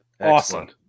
Awesome